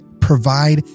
provide